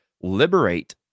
liberate